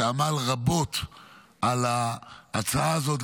שעמל רבות על ההצעה הזאת,